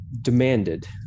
demanded